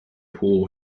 pool